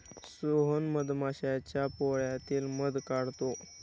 सोहन मधमाश्यांच्या पोळ्यातील मध काढतो